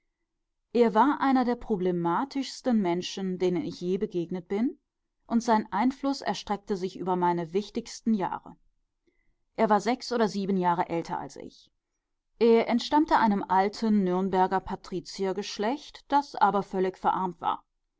er war einer der problematischesten menschen denen ich je begegnet bin und sein einfluß erstreckte sich über meine wichtigsten jahre er war sechs oder sieben jahre älter als ich er entstammte einem alten nürnberger patriziergeschlecht das aber völlig verarmt war